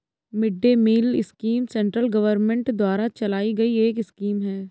mid day meal scheme central government द्वारा चलाई गई एक स्कीम है